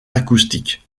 acoustique